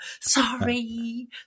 sorry